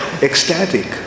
Ecstatic